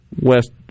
west